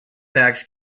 facts